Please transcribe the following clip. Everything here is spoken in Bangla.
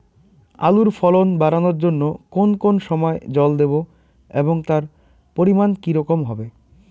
আলুর ফলন বাড়ানোর জন্য কোন কোন সময় জল দেব এবং তার পরিমান কি রকম হবে?